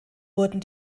wurden